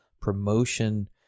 promotion